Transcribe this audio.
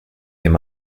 him